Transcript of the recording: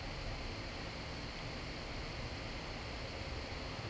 <S<